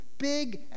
big